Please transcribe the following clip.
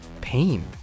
pain